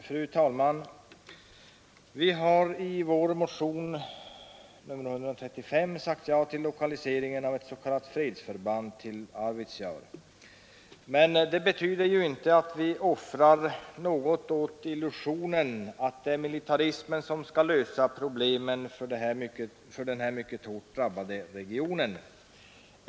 Fru talman! Vi har i vår motion nr 2037 sagt ja till lokaliseringen av ett s.k. fredsförband till Arvidsjaur. Men det betyder inte att vi offrar något åt illusionen att det är militarismen som skall lösa problemen för den här mycket hårt drabbade regionen.